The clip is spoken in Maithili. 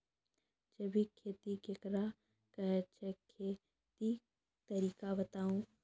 जैबिक खेती केकरा कहैत छै, खेतीक तरीका बताऊ?